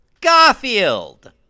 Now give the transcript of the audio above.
Garfield